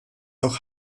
auch